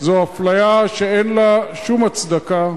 אדוני היושב-ראש, חברי חברי הכנסת והשרים,